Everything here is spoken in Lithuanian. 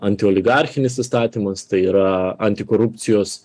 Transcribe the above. antioligarchinis įstatymus tai yra antikorupcijos